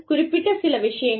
குறிப்பிட்ட சில விஷயங்கள்